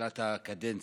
מתחילת הקדנציה,